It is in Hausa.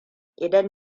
idan